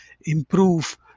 improve